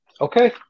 Okay